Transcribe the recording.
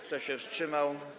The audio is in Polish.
Kto się wstrzymał?